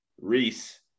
Reese